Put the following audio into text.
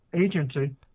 agency